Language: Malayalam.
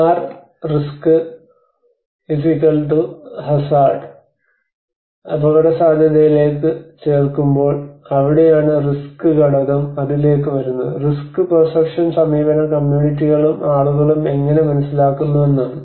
R റിസ്ക് ഹസാർഡ് Rriskhazard അപകടസാധ്യത അതിലേക്ക് ചേർക്കുമ്പോൾ അവിടെയാണ് റിസ്ക് ഘടകം അതിലേക്ക് വരുന്നത് റിസ്ക് പെർസെപ്ഷൻ സമീപനം കമ്മ്യൂണിറ്റികളും ആളുകളും എങ്ങനെ മനസ്സിലാക്കുന്നുവെന്നതാണ്